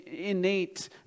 innate